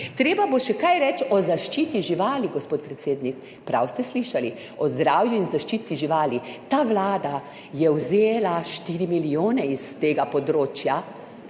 Treba bo še kaj reči o zaščiti živali, gospod predsednik. Prav ste slišali, o zdravju in zaščiti živali. Ta vlada je vzela 4 milijone s tega področja.